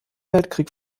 weltkrieg